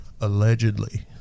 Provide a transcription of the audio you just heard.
Allegedly